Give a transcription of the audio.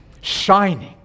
shining